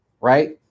Right